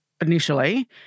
Initially